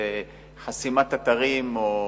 וחסימת אתרים או